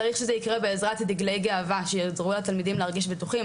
צריך שזה יקרה בעזרת דגלי גאווה שיעזרו לתלמידים להרגיש בטוחים,